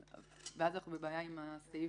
ואז את בבעיה עם הסעיף.